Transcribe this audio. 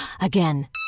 Again